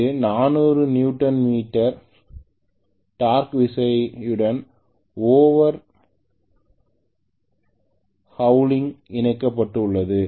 இது 400 newton metre டார்க்விசையுடன் over hauling இணைக்கப்பட்டுள்ளது